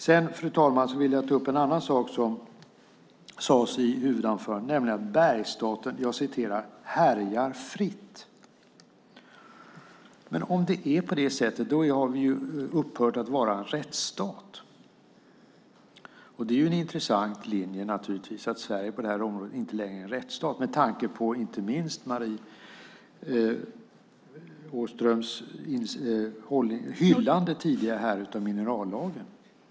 Sedan, fru talman, vill jag ta upp en annan sak som sades i huvudanförandet, nämligen att Bergsstaten härjar fritt. Om det är på det sättet har vi ju upphört att vara en rättsstat. Det är naturligtvis en intressant linje att Sverige på det här området inte längre är en rättsstat, inte minst med tanke på Marie Nordéns tidigare hyllande av minerallagen.